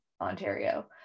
Ontario